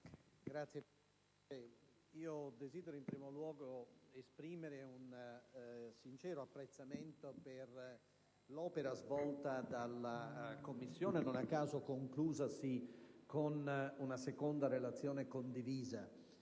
Presidente, desidero innanzi tutto esprimere un sincero apprezzamento per l'opera svolta dalla Commissione, non a caso conclusasi con una seconda relazione condivisa.